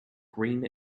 green